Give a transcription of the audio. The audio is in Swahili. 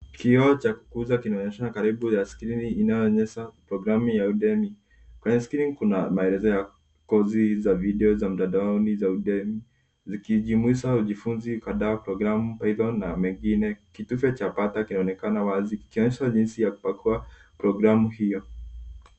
Kioo cha kukuza kinaonyesha karibu ya skrini inayoonyesha programu ya Udemy. Kwenye skrini kuna maelezo ya kozi za video za mtandaoni za Udemy, zikijumuisha ujifunzi kadhaa, programu, python na mengine. Kitufe cha bata kinaonekana wazi, kikionyesha jinsi ya kupakua programu hiyo.